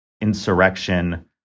insurrection